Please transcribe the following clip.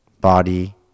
body